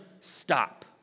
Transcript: stop